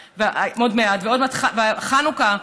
חנוכה,